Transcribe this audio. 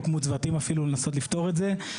הוקמו צוותים אפילו בשביל לנסות לפתור את זה.